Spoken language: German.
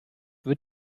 wird